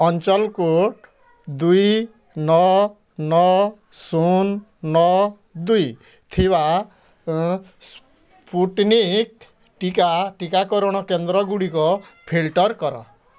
ଅଞ୍ଚଳ କୋଡ଼୍ ଦୁଇ ନଅ ନଅ ଶୂନ ନଅ ଦୁଇ ଥିବା ସ୍ପୁଟନିକ୍ ଟିକା ଟିକାକରଣ କେନ୍ଦ୍ରଗୁଡ଼ିକ ଫିଲ୍ଟର୍ କର